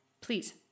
Please